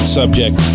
subject